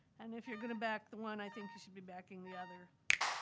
and if you're gonna back the one, i think you should be backing the other.